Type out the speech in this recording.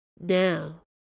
Now